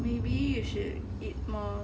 maybe you should eat more